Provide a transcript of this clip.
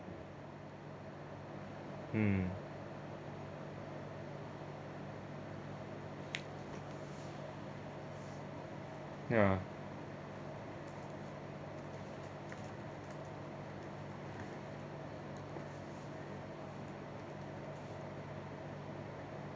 hmm ya